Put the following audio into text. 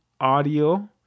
audio